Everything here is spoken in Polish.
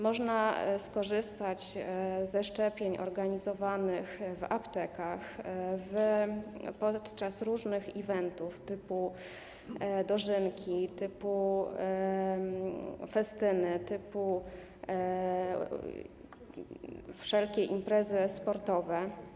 Można skorzystać ze szczepień organizowanych w aptekach, podczas różnych eventów typu dożynki, festyny, wszelkie imprezy sportowe.